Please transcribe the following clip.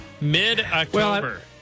Mid-October